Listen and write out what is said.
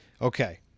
Okay